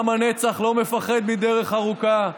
עם הנצח, לא מפחד מדרך ארוכה.